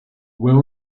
well